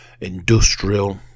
industrial